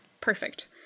Perfect